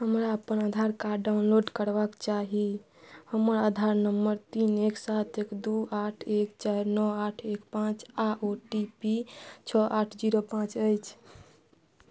हमरा अपन Aadhaar card download करबाक चाही हमर आधार नम्बर तीन एक सात एक दू आठ एक चाइर नओ आठ एक पाँच आ ओ टी पी छओ आठ जीरो पाँच अइछ